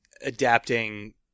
adapting